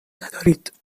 ندارید